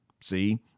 See